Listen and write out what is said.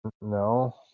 No